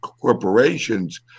corporations